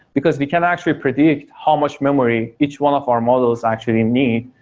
because we can actually predict how much memory each one of our models actually need,